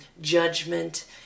judgment